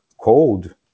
cold